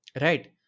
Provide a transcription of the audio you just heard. right